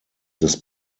des